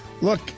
Look